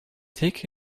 take